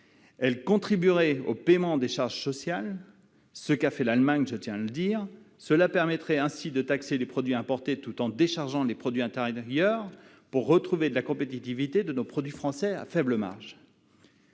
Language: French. qui contribuerait au paiement des charges sociales- c'est ce qu'a fait l'Allemagne, je tiens à le dire. Une telle mesure permettrait de taxer les produits importés tout en déchargeant les produits intérieurs et redonnerait de la compétitivité à nos produits français à faible marge.